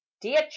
dear